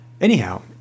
Anyhow